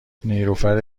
نیلوفر